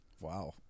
wow